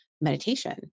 meditation